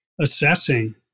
assessing